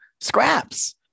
scraps